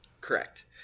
Correct